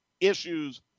issues